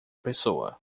pessoa